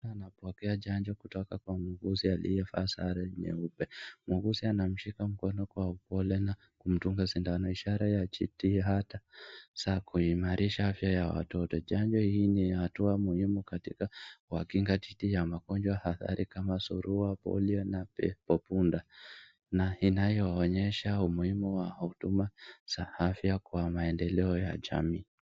Anapokea chanjo kutoka kwa muuguzi aliyevaa mavazi nyeupe. Muuguzi anamshika mkono kwa upole na kumdunga sindano ishara ya jitihada za kuimarisha afya ya watoto. Hii ni hatua muhimu katika kuwakinga dhidi ya magonjwa hatari kama surua ya polio na pepo punda na inaonyesha umuhimu wa afya kwa maendeleo ya jamii.